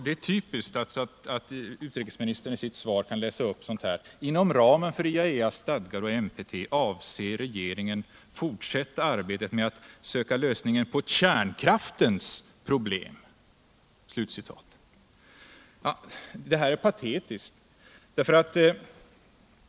Det är typiskt att utrikesministern i sitt svar kan läsa upp sådant här: ”Inom ramen för IAEA:s stadga och NPT avser regeringen fortsätta arbetet med att söka lösningar på kärnkraftens problem.” Det här är patetiskt.